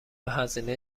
هزینه